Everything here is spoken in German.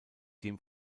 dem